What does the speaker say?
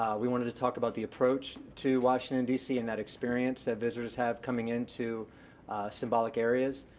we wanted to talk about the approach to washington, d c. and that experience that visitors have coming into symbolic areas.